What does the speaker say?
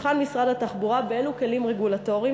יבחן משרד התחבורה באילו כלים רגולטוריים